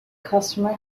customer